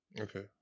Okay